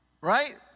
right